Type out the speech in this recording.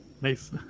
Nice